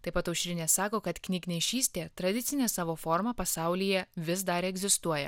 taip pat aušrinė sako kad knygnešystė tradicine savo forma pasaulyje vis dar egzistuoja